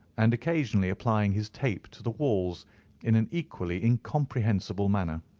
and occasionally applying his tape to the walls in an equally incomprehensible manner.